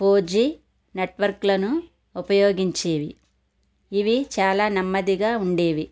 four G నెట్వర్క్లను ఉపయోగించేవి ఇవి చాలా నెమ్మదిగా ఉండేవి